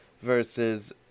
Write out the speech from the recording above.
versus